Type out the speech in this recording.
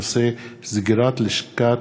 שאשא ביטון ויואל חסון בנושא: סגירת לשכת